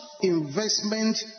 investment